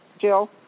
Jill